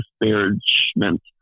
disparagement